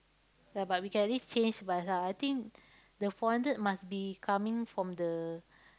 ya but we can at least change bus ah I think the four hundred must be coming from the